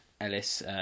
Ellis